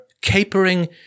capering